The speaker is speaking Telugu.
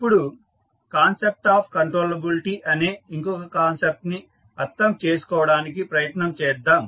ఇప్పుడు కాన్సెప్ట్ ఆఫ్ కంట్రోలబిలిటీ అనే ఇంకొక కాన్సెప్ట్ ని అర్థం చేసుకోవడానికి ప్రయత్నం చేద్దాం